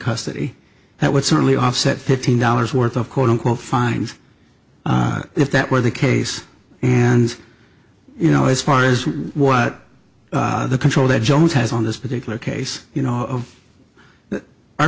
custody that would certainly offset thirteen dollars worth of quote unquote fines if that were the case and you know as far as what the control that jones has on this particular case you know o